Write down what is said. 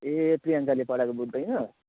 ए प्रियङ्काले पढाएको बुझ्दैन